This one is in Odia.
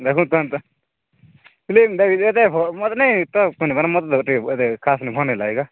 ଦେଖୁଥାନ୍ତୁ ଫିଲ୍ମ ଦେଖିଲି ଯେ ଏତେ ଭଲ୍ ନାଇଁ ତ ବାରମ୍ୱାର ଏତେ ଖାସ୍ ଭଲ୍ ନାଇଁ ଲାଗିଲା